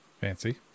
fancy